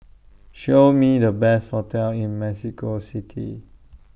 Show Me The Best hotels in Mexico City